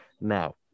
now